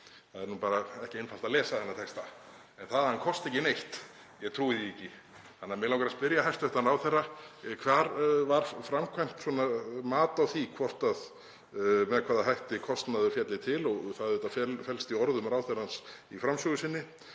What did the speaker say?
það er nú bara ekki einfalt að lesa þennan texta. En það að hann kosti ekki neitt — ég trúi því ekki þannig að mig langar að spyrja hæstv. ráðherra: Hvar var framkvæmt mat á því hvort og með hvaða hætti kostnaður félli til? Það felst í orðum ráðherrans í framsögu hans.